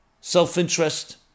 self-interest